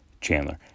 Chandler